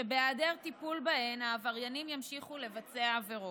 שבהיעדר טיפול בהן העבריינים ימשיכו לבצע עבירות.